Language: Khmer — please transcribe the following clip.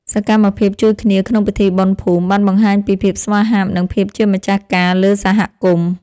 សកម្មភាពជួយគ្នាក្នុងពិធីបុណ្យភូមិ បានបង្ហាញពីភាពស្វាហាប់ និងភាពជាម្ចាស់ការលើសហគមន៍។